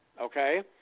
okay